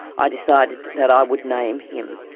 ah decided that i would name him.